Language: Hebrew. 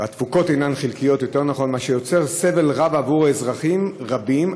מה שיוצר סבל רב עבור אזרחים רבים,